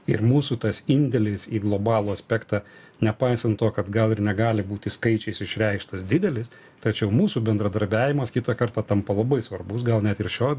ir mūsų tas indėlis į globalų aspektą nepaisant to kad gal ir negali būti skaičiais išreikštas didelis tačiau mūsų bendradarbiavimas kitą kartą tampa labai svarbus gal net ir šio